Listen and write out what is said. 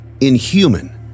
inhuman